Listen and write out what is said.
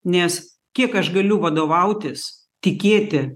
nes kiek aš galiu vadovautis tikėti